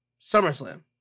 SummerSlam